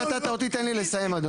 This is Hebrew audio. לא, לא, לא.